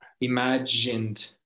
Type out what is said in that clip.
imagined